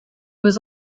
was